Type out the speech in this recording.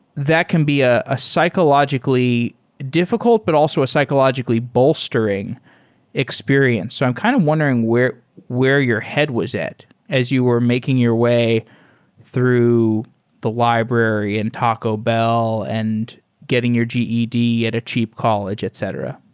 that can be ah ah psychologically difficult, but also a psychologically bolster ing experience. so i'm kind of wondering where where your head was at as you were making your way through the library and taco bell and getting your ged at a cheap college, etc.